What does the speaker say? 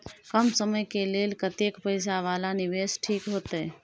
कम समय के लेल कतेक पैसा वाला निवेश ठीक होते?